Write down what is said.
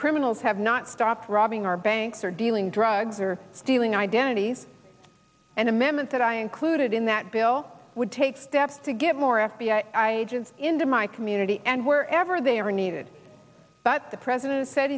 criminals have not stopped robbing our banks or dealing drugs or stealing identities and amendment that i included in that bill would take steps to get more f b i agents into my community and wherever they are needed but the president said